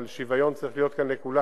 אבל שוויון צריך להיות כאן לכולם.